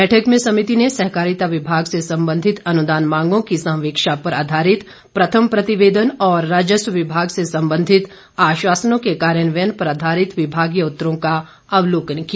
बैठक में समिति ने सहकारिता विभाग से संबंधित अनुदान मांगों की संवीक्षा पर आधारित प्रथम प्रतिवेदन और राजस्व विभाग से संबंधित आश्वासनों के कार्यान्वयन पर आधारित विभागीय उत्तरों का अवलोकन किया